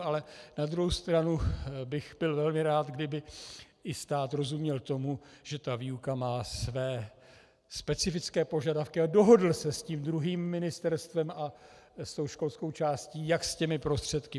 Ale na druhou stranu bych byl velmi rád, kdyby i stát rozuměl tomu, že výuka má své specifické požadavky, a dohodl se s tím druhým ministerstvem a s tou školskou částí, jak s těmi prostředky.